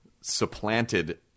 supplanted